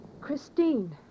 Christine